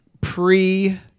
pre